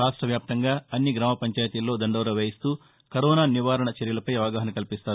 రాష్టవ్యాప్తంగా అన్ని గ్రామ పంచాయితీల్లో దండోరా వేయిస్తూ కరోనా నివారణ చర్యలపై అవగాహన కల్పిస్తారు